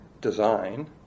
design